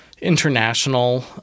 international